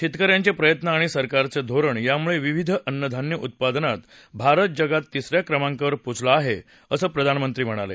शेतकऱ्यांचे प्रयत्न आणि सरकारचं धोरण यामुळे विविध अन्नधान्य उत्पादनात भारत जगात तिसऱ्या क्रमांकावर पोहोचला आहे असं प्रधानमंत्री म्हणाले